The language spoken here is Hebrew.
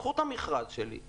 קחו את המכרז שלי,